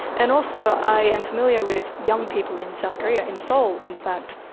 and also i am familiar with young people in south korea. in seoul, in fact,